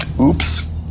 Oops